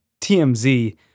TMZ